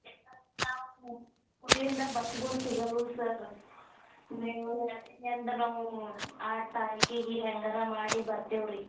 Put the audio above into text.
ಊರ್ನಿಂದ ಬಸ್ಗಳು ಸಿಗಲ್ವು ಸರ್ ನೀವು ಹೇಳ್ತೀನಿ ಅಂದ್ರೆ ನಾವು ಆಟ್ ತಾರೀಕಿಗೆ ಹೇಗಾರ ಮಾಡಿ ಬರ್ತೇವ್ರಿ